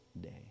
day